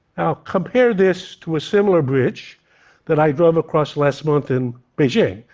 now, compare this to a similar bridge that i drove across last month in beijing.